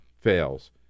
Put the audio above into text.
fails